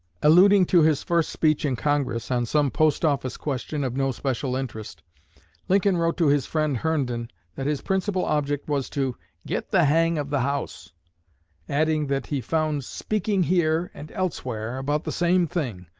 alluding to his first speech in congress on some post-office question of no special interest lincoln wrote to his friend herndon that his principal object was to get the hang of the house adding that he found speaking here and elsewhere about the same thing.